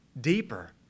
Deeper